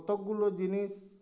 ᱠᱚᱛᱚᱠ ᱜᱩᱞᱳ ᱡᱤᱱᱤᱥ